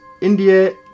India